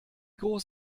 groß